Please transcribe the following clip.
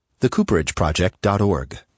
Thecooperageproject.org